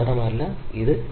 997 മുതൽ 1